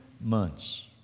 months